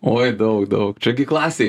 oi daug daug čia gi klasėje